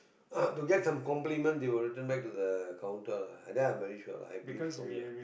uh to get some compliment they will return back to the counter and that I'm very sure lah I believe so